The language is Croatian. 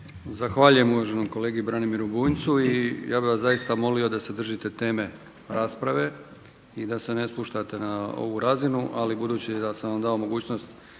Zahvaljujem uvaženom kolegi Branimiru Bunjcu. Ja bih vas zaista molio da se držite teme rasprave i da se ne spuštate na ovu razinu, ali budući da sam vam dao mogućnost